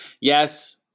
Yes